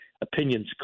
opinions